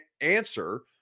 answer